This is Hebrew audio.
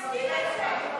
תסביר את זה.